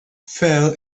fell